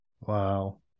Wow